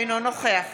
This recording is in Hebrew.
אינו נוכח